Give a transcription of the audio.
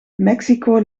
mexico